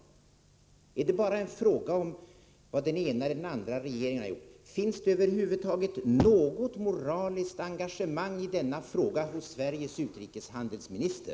ningssamarbete med Iran Är det bara en fråga om vad den ena eller andra regeringen gjort? Finns det över huvud taget något moraliskt engagemang i denna fråga hos Sveriges utrikeshandelsminister?